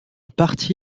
parti